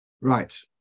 Right